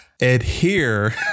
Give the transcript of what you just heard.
Adhere